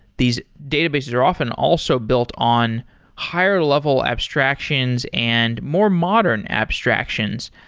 these databases are often also built on higher-level abstractions and more modern abstractions,